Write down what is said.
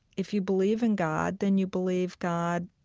if you believe in god then you believe god,